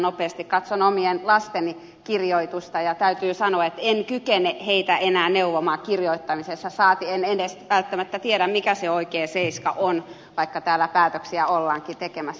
katson omien lasteni kirjoitusta ja täytyy sanoa että en kykene heitä enää neuvomaan kirjoittamisessa saati edes välttämättä tiedä mikä se oikea seiska on vaikka täällä päätöksiä ollaankin tekemässä